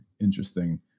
Interesting